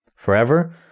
Forever